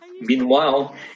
meanwhile